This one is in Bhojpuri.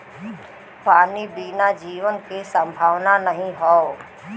पानी बिना जीवन के संभावना नाही हौ